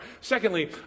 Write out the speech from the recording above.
Secondly